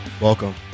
Welcome